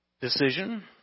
decision